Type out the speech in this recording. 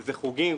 זה חוגים,